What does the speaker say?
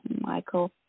Michael